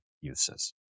uses